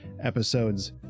episodes